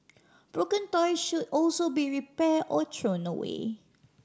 broken toy should also be repair or thrown away